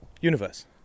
universe